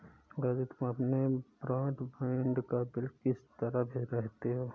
राजू तुम अपने ब्रॉडबैंड का बिल किस तरह भरते हो